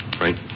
Right